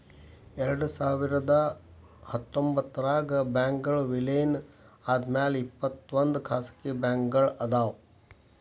ಎರಡ್ಸಾವಿರದ ಹತ್ತೊಂಬತ್ತರಾಗ ಬ್ಯಾಂಕ್ಗಳ್ ವಿಲೇನ ಆದ್ಮ್ಯಾಲೆ ಇಪ್ಪತ್ತೊಂದ್ ಖಾಸಗಿ ಬ್ಯಾಂಕ್ಗಳ್ ಅದಾವ